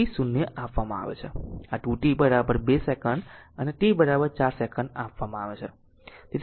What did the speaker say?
તેથી તે t0 આપવામાં આવે છે આ 2 t 2 સેકન્ડ અને t 4 સેકન્ડ આપવામાં આવે છે